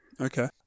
okay